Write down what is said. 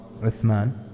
Uthman